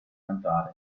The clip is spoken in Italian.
cantare